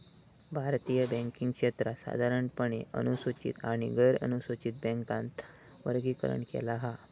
भारतीय बॅन्किंग क्षेत्राक साधारणपणे अनुसूचित आणि गैरनुसूचित बॅन्कात वर्गीकरण केला हा